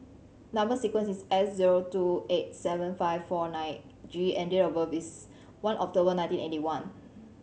number sequence is S zero two eight seven five four nine G and date of birth is one October nineteen eighty one